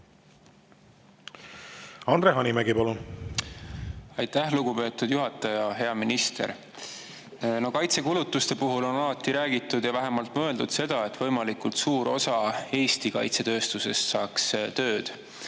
Andre Hanimägi, palun! Aitäh, lugupeetud juhataja! Hea minister! Kaitsekulutuste puhul on alati räägitud või vähemalt mõeldud seda, et võimalikult suur osa Eesti kaitsetööstusest saaks tööd.